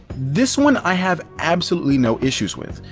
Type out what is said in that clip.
this one i have absolutely no issues with.